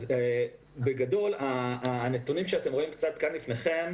בגדול, הנתונים שאתם רואים לפניכם